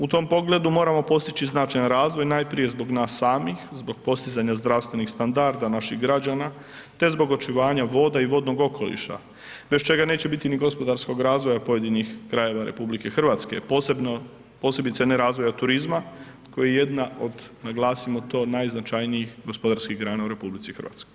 U tom pogledu moramo postići značajan razvoj, najprije zbog nas samih, zbog postizanja zdravstvenih standarda naših građana, te zbog očuvanja voda i vodnog okoliša, bez čega neće biti ni gospodarskog razvoja pojedinih krajeva RH, posebice ne razvoja turizma koji je jedna od, naglasimo to, najznačajnijih gospodarskih grana u RH.